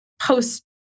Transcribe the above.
post